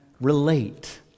relate